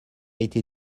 été